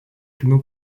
kinų